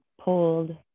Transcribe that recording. pulled